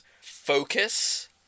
focus